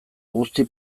guzti